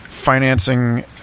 financing